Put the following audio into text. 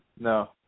No